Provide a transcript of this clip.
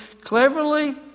cleverly